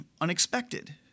unexpected